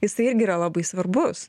jisai irgi yra labai svarbus